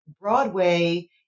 Broadway